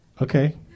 Okay